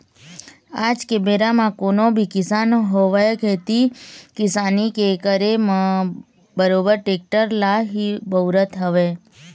आज के बेरा म कोनो भी किसान होवय खेती किसानी के करे म बरोबर टेक्टर ल ही बउरत हवय